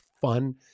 fun